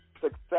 success